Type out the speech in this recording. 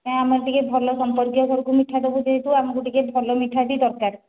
କାହିଁନା ଆମର ଟିକେ ଭଲ ସମ୍ପର୍କୀୟ ଘରକୁ ମିଠାଟା ଦେବୁ ଯେହେତୁ ଆମକୁ ଟିକେ ଭଲ ମିଠାଟି ଦରକାର